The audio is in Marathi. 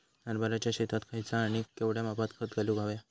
हरभराच्या शेतात खयचा आणि केवढया मापात खत घालुक व्हया?